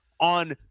on